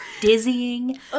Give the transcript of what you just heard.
Dizzying